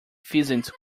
pheasants